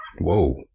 Whoa